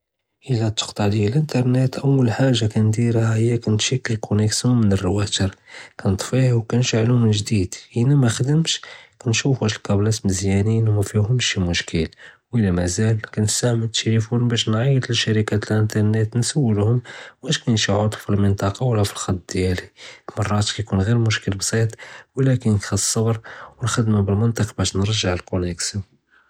אִלַא תִקְטַע לִיָא אינטרנט אוּל חַאגַ'ה קַנדִירְהַ הִיָא קַנְמְשִי הַקּוֹנֶקְסיוֹ מִן הַרוֹויטֶר קַנְטְפִיה וְקַנְשַעְלוּ מִן ג'דִיד אִלַא מְחַדְמֶש קַנְשּוּף וַאש הַקַאבְלָאת מְזְיָאנִין וּמַה פִיהוֹםְש מוּשְכִיל, וְאִלַא מַאזַל קַנְסְתַעְמֵל הַתֶלֶפוֹן בַאש נַעְיַט לְשַׁרִיקַת אינטרנט נְסוּלוֹהֲם וַאש קַיין שִי עֻטְבּ פַלמְנְטַקַה לוּ פַלַכְט דְיַאלִי מְרָאת קִיְקוּן ג'יר מוּשְכִיל בְּסִيط לָאקִין חַסְס אצְצַבּר וְחַ'דְמַה בַּלְמַנְטֶק בַאש נְרַגְ'ע הַקּוֹנֶקְסיוֹ.